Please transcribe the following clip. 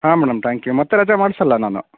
ಹಾಂ madam thank you ಮತ್ತೆ ರಜೆ ಮಾಡ್ಸೋಲ್ಲ ನಾನು